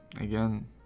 again